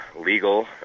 legal